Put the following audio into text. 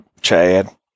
Chad